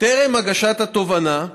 טרם הגשת התובענה,